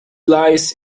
lies